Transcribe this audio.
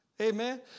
Amen